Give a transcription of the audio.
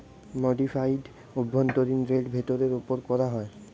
modified অভ্যন্তরীন rate ফেরতের ওপর করা হয়